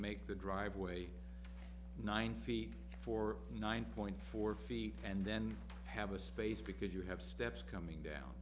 make the driveway nine feet for nine point four feet and then have a space because you have steps coming down